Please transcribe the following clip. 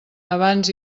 abans